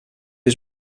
was